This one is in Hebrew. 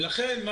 ולכן,